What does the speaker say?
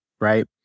right